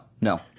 No